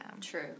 true